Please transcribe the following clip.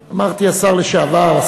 לשעבר.